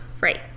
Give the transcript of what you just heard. right